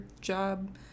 job